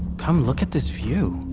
come look at this view!